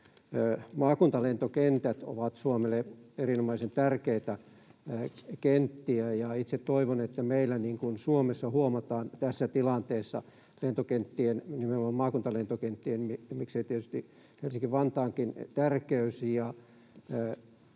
Maakuntalentokentät ovat Suomelle erinomaisen tärkeitä kenttiä, ja itse toivon, että meillä Suomessa huomataan tässä tilanteessa lentokenttien —